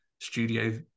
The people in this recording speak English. studio